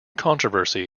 controversy